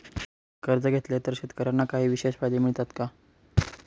कर्ज घेतले तर शेतकऱ्यांना काही विशेष फायदे मिळतात का?